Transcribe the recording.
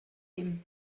him